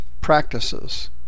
practices